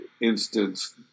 instance